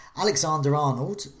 Alexander-Arnold